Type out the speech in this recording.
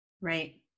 Right